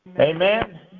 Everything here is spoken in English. Amen